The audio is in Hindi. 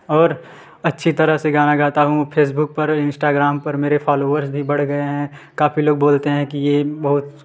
और अच्छी तरह सर गाना गाता हूँ फेसबुक पर इंस्टाग्राम पर मेरे फॉलोवर्स भी बढ़ गए हैं काफ़ी लोग बोलते हैं की यह बहुत